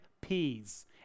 P's